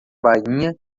bainha